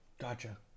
gotcha